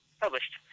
published